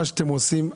מה שאתם עושים.